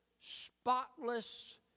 spotless